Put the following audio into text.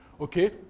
Okay